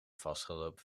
vastgelopen